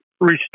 restore